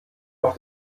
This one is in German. auf